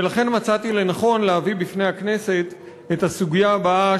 ולכן מצאתי לנכון להביא בפני הכנסת את הסוגיה הבאה,